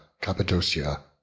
Cappadocia